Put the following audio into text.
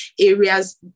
areas